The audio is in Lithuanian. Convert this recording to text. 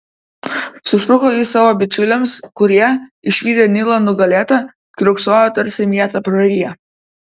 sušuko jis savo bičiuliams kurie išvydę nilą nugalėtą kiurksojo tarsi mietą prariję